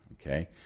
okay